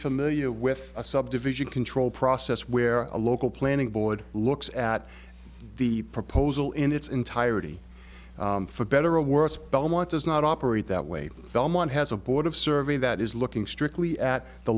familiar with a subdivision control process where a local planning board looks at the proposal in its entirety for better or worse belmont does not operate that way belmont has a board of survey that is looking strictly at the